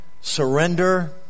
surrender